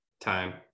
time